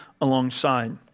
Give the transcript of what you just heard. alongside